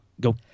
go